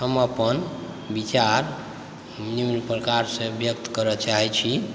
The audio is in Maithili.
हम अपन विचार निम्न प्रकारसँ व्यक्त करय चाहैत छी